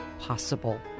possible